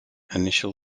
initial